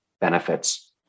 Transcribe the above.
benefits